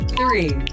three